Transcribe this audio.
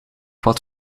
wat